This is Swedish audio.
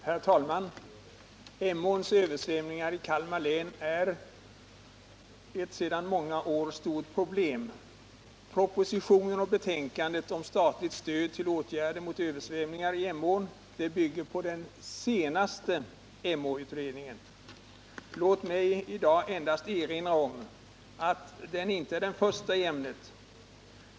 Herr talman! Emåns översvämningar i Kalmar län är sedan många år ett stort problem. Propositionen och betänkandet om statligt stöd till åtgärder mot översvämningar i Emån bygger på den senaste Emåutredningen. Låt mig i dag endast erinra om att den inte är den första i ämnet.